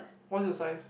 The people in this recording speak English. what's your size